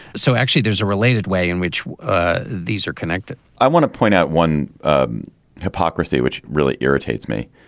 so actually, there's a related way in which ah these are connected i want to point out one ah hypocrisy which really irritates me.